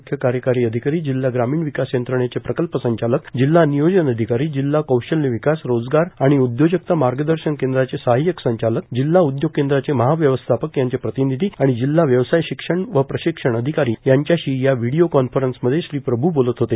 मुख्य कार्यकारी अधिकारी जिल्हा ग्रामीण विकास यंत्रणेचे प्रकल्प संचालक जिल्हा नियोजन अधिकारी जिल्हा कौशल्य विकास रोजगार व उद्योजकता मार्गदर्शन केंद्राचे सहायक संचालक जिल्हा उद्योग केंद्राचे महाव्यवस्थापक यांचे प्रतिनिधी आणि जिल्हा व्यवसाय शिक्षण व प्रशिक्षण अधिकारी यांच्याशी या व्हिडीओ कॉन्फरन्समध्ये प्रभू बोलत होते